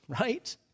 Right